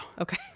okay